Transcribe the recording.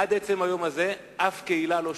עד עצם היום הזה אף קהילה לא שוכנה,